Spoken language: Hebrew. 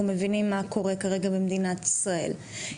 מבינים מה קורה כרגע במדינת ישראל.